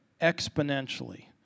exponentially